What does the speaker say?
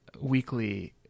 weekly